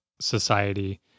society